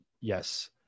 Yes